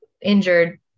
injured